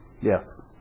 Yes